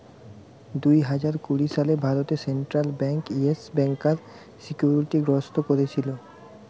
দুই হাজার কুড়ি সালে ভারতে সেন্ট্রাল বেঙ্ক ইয়েস ব্যাংকার সিকিউরিটি গ্রস্ত কোরেছিল